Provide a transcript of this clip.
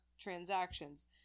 transactions